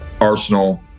arsenal